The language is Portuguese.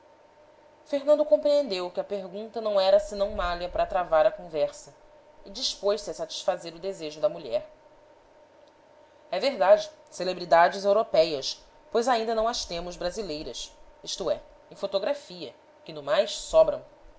fernando compreendeu que a pergunta não era senão malha para travar a conversa e dispôs-se a satisfazer o desejo da mulher é verdade celebridades européias pois ainda não as temos brasileiras isto é em fotografia que no mais sobram